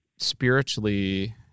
spiritually